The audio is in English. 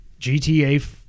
GTA